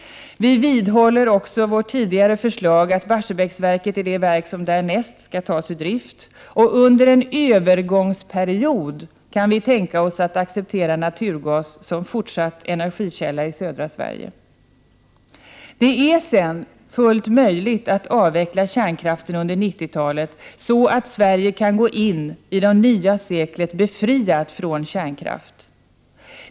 Vi vidhåller också vårt tidigare förslag att Barsebäcksverket är det verk som därnäst skall tas ur drift. Under en övergångsperiod kan vi tänka oss att acceptera naturgas som fortsatt energikälla i södra Sverige. Det är sedan fullt möjligt att avveckla kärnkraften under 90-talet, så att Sverige kan gå in i det nya seklet befriat från kärnkraft.